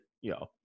yo